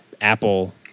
Apple